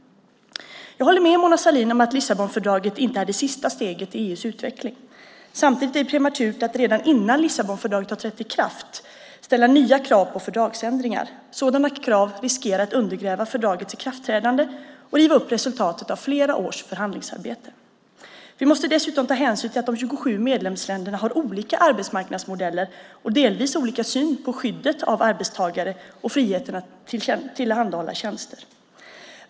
Jag håller med Mona Sahlin om att Lissabonfördraget inte är det sista steget i EU:s utveckling. Samtidigt är det prematurt att redan innan Lissabonfördraget har trätt i kraft ställa nya krav på fördragsändringar. Sådana krav riskerar att undergräva fördragets ikraftträdande och riva upp resultatet av flera års förhandlingsarbete. Vi måste dessutom ta hänsyn till att de 27 medlemsländerna har olika arbetsmarknadsmodeller och delvis olika syn på skyddet av arbetstagare och friheten att tillhandahålla tjänster.